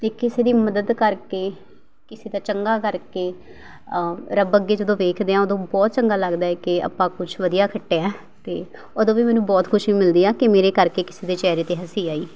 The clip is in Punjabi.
ਅਤੇ ਕਿਸੇ ਦੀ ਮਦਦ ਕਰਕੇ ਕਿਸੇ ਦਾ ਚੰਗਾ ਕਰਕੇ ਰੱਬ ਅੱਗੇ ਜਦੋਂ ਵੇਖਦੇ ਹਾਂ ਉਦੋਂ ਬਹੁਤ ਚੰਗਾ ਲੱਗਦਾ ਏ ਕਿ ਆਪਾਂ ਕੁਛ ਵਧੀਆ ਖੱਟਿਆ ਅਤੇ ਉਦੋਂ ਵੀ ਮੈਨੂੰ ਬਹੁਤ ਖੁਸ਼ੀ ਮਿਲਦੀ ਆ ਕਿ ਮੇਰੇ ਕਰਕੇ ਕਿਸੇ ਦੇ ਚਿਹਰੇ 'ਤੇ ਹੱਸੀ ਆਈ